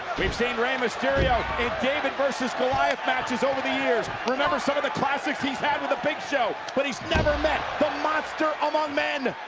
we've seen rey mysterio in david versus goliath matches over the years. remember some of the classics he's had with the big show, but he's never met the monster among men.